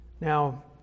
Now